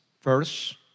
First